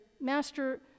Master